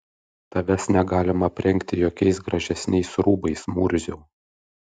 tavęs negalima aprengti jokiais gražesniais rūbais murziau